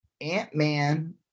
Ant-Man